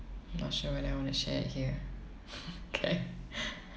not sure whether I want to share it here okay